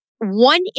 one